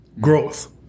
growth